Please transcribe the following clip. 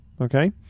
Okay